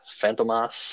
Fantomas